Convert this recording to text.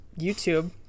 youtube